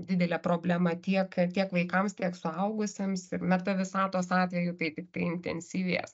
didelė problema tiek tiek vaikams tiek suaugusiems ir meta visatos atveju tai tiktai intensyvės